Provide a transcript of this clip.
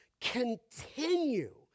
continue